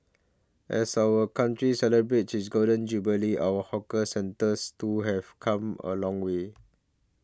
as our country celebrates its Golden Jubilee our hawker centres too have come a long way